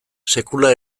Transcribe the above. sekula